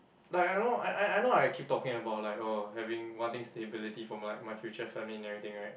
like I know I I I know I keep talking about like oh having wanting stability for my like future family and everything right